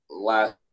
last